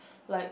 like